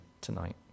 tonight